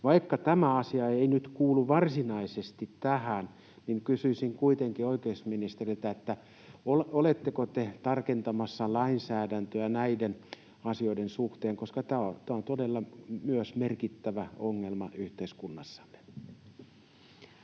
Vaikka tämä asia ei nyt varsinaisesti kuulu tähän, niin kysyisin kuitenkin oikeusministeriltä: oletteko te tarkentamassa lainsäädäntöä näiden asioiden suhteen, koska myös tämä todella on merkittävä ongelma yhteiskunnassamme?